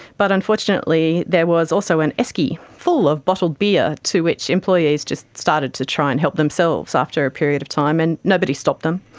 but unfortunately there was also an esky full of bottled beer to which employees just started to try and help themselves after a period of time, and nobody stopped them.